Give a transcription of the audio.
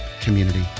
Community